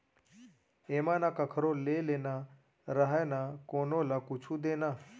एमा न कखरो ले लेना रहय न कोनो ल कुछु देना